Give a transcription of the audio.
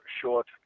short